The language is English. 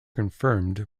confirmed